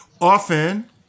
Often